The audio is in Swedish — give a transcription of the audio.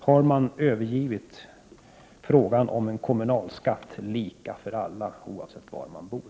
Har ni övergivit frågan om en kommunalskatt lika för alla, oavsett var man bor?